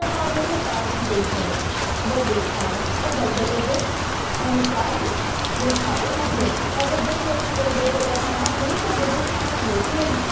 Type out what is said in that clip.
त मां हुनखे पहिरीं ही चई छॾियो भई ॾेखारियो त बजेट जे अनुसार ई ॾेखारियो मूंखे न त दिलि अची वेई बजेट खां मथे त बजेट आणींदो केर